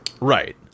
Right